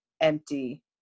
empty